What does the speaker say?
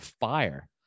fire